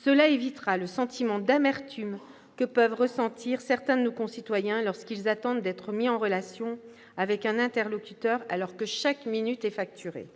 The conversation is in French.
Cela évitera le sentiment d'amertume que peuvent ressentir certains de nos concitoyens lorsqu'ils attendent d'être mis en relation avec un interlocuteur alors que chaque minute est facturée.